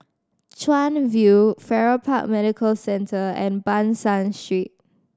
Chuan View Farrer Park Medical Centre and Ban San Street